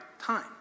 time